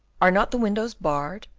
are not the windows barred?